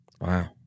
Wow